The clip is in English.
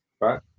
right